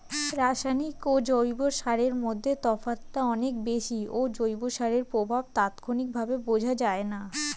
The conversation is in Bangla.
রাসায়নিক ও জৈব সারের মধ্যে তফাৎটা অনেক বেশি ও জৈব সারের প্রভাব তাৎক্ষণিকভাবে বোঝা যায়না